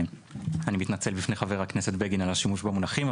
ואני מתנצל בפני חבר הכנסת בגין על השימוש במונחים,